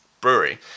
brewery